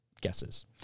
guesses